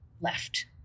left